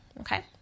okay